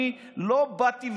אני לא באתי,